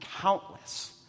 countless